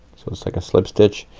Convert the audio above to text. so it's like a slip stitch,